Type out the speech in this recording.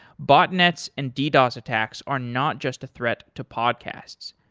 botnets and ddos attacks are not just a threat to podcasts,